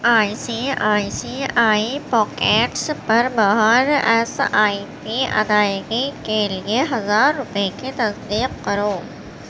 آئیں C I C I pockets پر ماہانہ ایس آئی پی ادائیگی کے لیے ہزار روپے کی تصدیق کرو